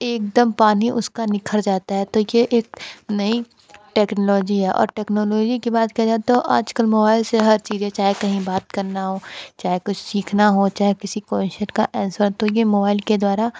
एकदम पानी उसका निखर जाता है तो ये एक नई टेक्नोलॉजी है और टेक्नोलॉजी के बात किया जाए तो आजकल मोबाइल से हर चीज़ें चाहे कहीं बात करना हो चाहे कुछ सीखना हो चाहे किसी क्वेश्चन का एंसर तो ये मोबाइल के द्वारा